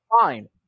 fine